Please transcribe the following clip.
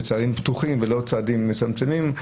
צעדים פתוחים ולא צעדים מצמצמים,